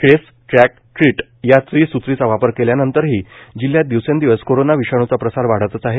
ट्टेस track ट्टीट या त्रि सूत्रीचा वापर केल्यानंतरही जिल्ह्यात दिवसेंदिवस कोरोना विषाणूचा प्रसार वाढतच आहे